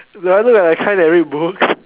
do I look like that kind that read books